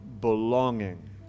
belonging